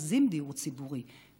מ-2% דיור ציבורי.